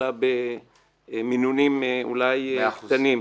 אלא במינונים אולי קטנים.